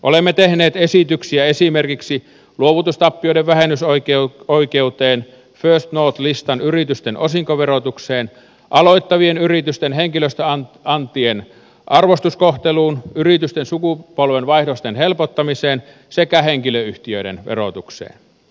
olemme tehneet esityksiä esimerkiksi luovutustappioiden vähennysoikeuteen first north listan yritysten osinkoverotukseen aloittavien yritysten henkilöstöantien arvostuskohteluun yritysten sukupolvenvaihdosten helpottamiseen sekä henkilöyhtiöiden verotukseen